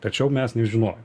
tačiau mes nežinojom